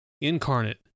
incarnate